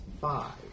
five